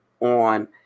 on